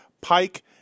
Pike